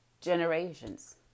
generations